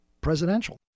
presidential